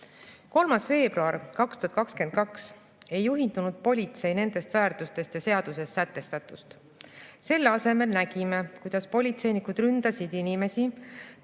3. veebruaril 2022 ei juhindunud politsei nendest väärtustest ja seaduses sätestatust. Selle asemel nägime, kuidas politseinikud ründasid inimesi,